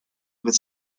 with